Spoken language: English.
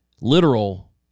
literal